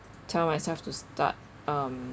tell myself to start um